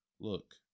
look